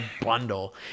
bundle